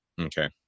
Okay